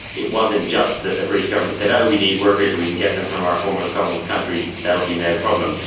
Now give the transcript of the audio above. it wasn't just that the british government said, oh, we need workers, we can get them from our former commonwealth countries, that will be no problem.